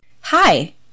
Hi